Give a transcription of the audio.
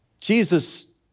Jesus